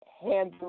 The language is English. handle